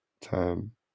time